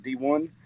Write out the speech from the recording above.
D1